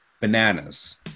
Bananas